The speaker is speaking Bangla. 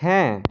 হ্যাঁ